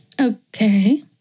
Okay